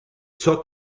ciò